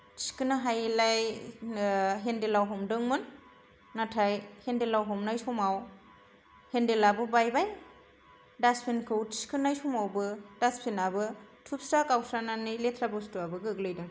थिखोनो हायिलाय ओ हेन्देलाव हमदोंमोन नाथाय हेन्देलाव हमनाय समाव हेन्देलाबो बायबाय दास्तबिनखौ थिखोनाय समावबो दास्तबिनाबो थुबस्रा गावस्रानानै लेथ्रा बुस्तुआबो गोग्लैदों